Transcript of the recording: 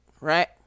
Right